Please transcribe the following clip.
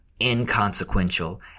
inconsequential